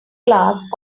glass